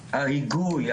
ההיגוי,